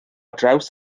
draws